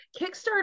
Kickstarter